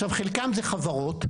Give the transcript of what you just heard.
חלקם זה חברות,